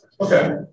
Okay